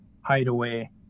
Hideaway